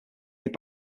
made